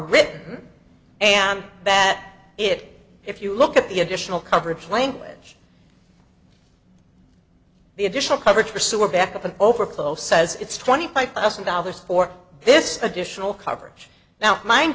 written and that it if you look at the additional coverage language the additional coverage for sewer backup and overflow says it's twenty five thousand dollars for this additional coverage now mind